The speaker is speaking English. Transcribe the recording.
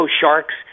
sharks